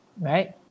right